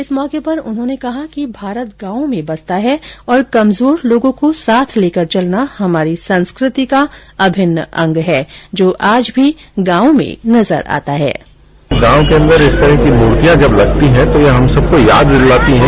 इस मौके पर उन्होने कहा कि भारत गांवों में बसता है और कमजोर लोगों को साथ लेकर चलना हमारी संस्कृति का अभिन्न अंग है जो आज भी गांवों में नजर आता है